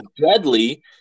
deadly